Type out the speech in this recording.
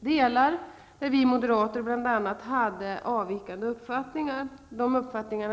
delar där moderaterna hade avvikande uppfattningar. Jag delar dessa uppfattningar.